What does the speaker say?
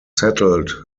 settled